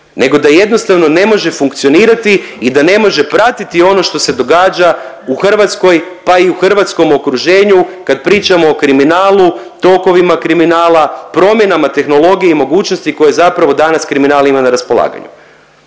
nego da jednostavno ne može funkcionirati i da ne može pratiti ono što se događa u Hrvatskoj, pa i u hrvatskom okruženju kad pričamo o kriminalu, tokovima kriminala, promjenama tehnologije i mogućnosti koje zapravo danas kriminal ima na raspolaganju